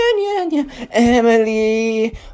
Emily